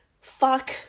fuck